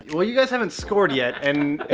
well, you guys haven't scored yet and